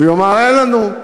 ויאמר: אין לנו.